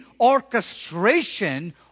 orchestration